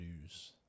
news